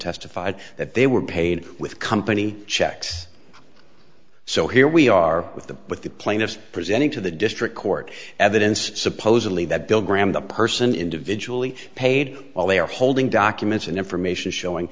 testified that they were paid with company checks so here we are with the with the plaintiffs presenting to the district court evidence supposedly that bill graham the person individually paid while they are holding documents and information showing